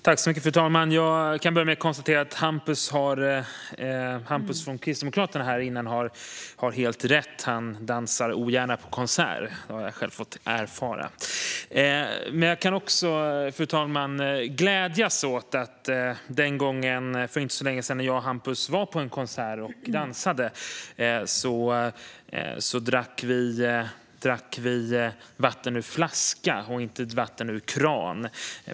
Fru talman! Till att börja med konstaterar jag att Hampus från Kristdemokraterna har helt rätt: Han dansar ogärna på konsert. Det har jag själv erfarit. Jag kan dock glädjas över den gången för inte så länge sedan när Hampus och jag var på en konsert och dansade. Då drack vi vatten på flaska och inte vatten ur kran.